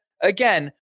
again